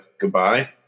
goodbye